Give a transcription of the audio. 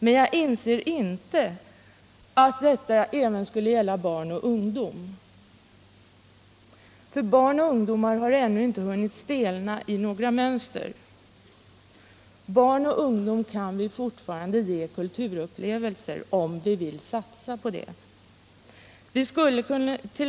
Men jag inser inte att detta även skall gälla barn och ungdom. Dessa har ännu inte hunnit stelna i några mönster. Barn och ungdom kan vi ge kulturupplevelser, om vi vill satsa på det.